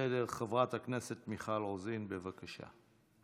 חברת הכנסת מיכל רוזין, בבקשה.